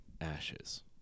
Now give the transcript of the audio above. Ashes